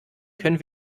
können